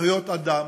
זכויות אדם.